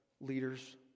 leaders